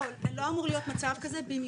לא אמור להיות מצב כזה.